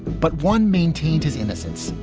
but one maintained his innocence.